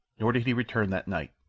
nor did he return that night,